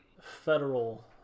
federal